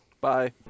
Bye